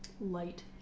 light